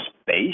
space